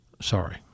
Sorry